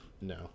No